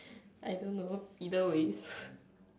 I don't know either way